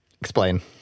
Explain